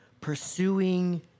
pursuing